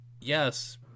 yes